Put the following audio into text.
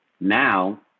Now